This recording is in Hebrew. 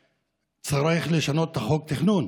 צריך לשנות את חוק התכנון.